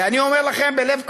ואני אומר לכם בלב כבד,